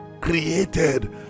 created